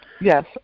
Yes